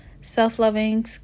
Self-loving